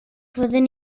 fyddwn